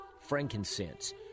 Frankincense